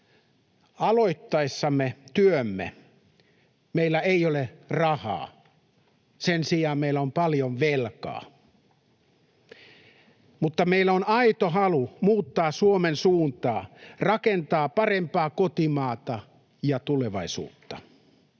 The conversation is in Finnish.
aloittaessamme työmme meillä ei ole rahaa, sen sijaan meillä on paljon velkaa, mutta meillä on aito halu muuttaa Suomen suuntaa, rakentaa parempaa kotimaata ja tulevaisuutta.